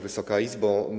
Wysoka Izbo!